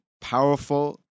powerful